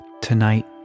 Tonight